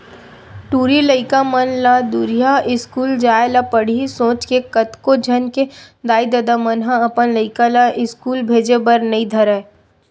टूरी लइका मन ला दूरिहा इस्कूल जाय ल पड़ही सोच के कतको झन के दाई ददा मन ह अपन लइका ला इस्कूल भेजे बर नइ धरय